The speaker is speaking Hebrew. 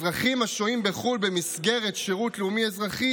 אזרחים השוהים בחו"ל במסגרת שירות לאומי-אזרחי